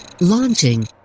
Launching